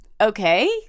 okay